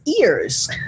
ears